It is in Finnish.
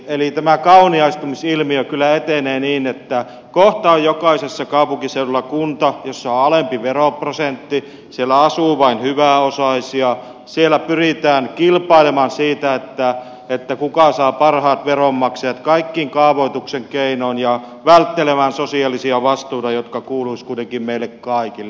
eli tämä kauniaistumisilmiö kyllä etenee niin että kohta on jokaisella kaupunkiseudulla kunta jossa on alempi veroprosentti siellä asuu vain hyväosaisia siellä pyritään kilpailemaan siitä kuka saa parhaat veronmaksajat kaikin kaavoituksen keinoin ja välttelemään sosiaalisia vastuita jotka kuuluisivat kuitenkin meille kaikille